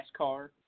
NASCAR